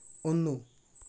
ഒന്ന്